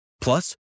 Plus